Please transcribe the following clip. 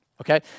Okay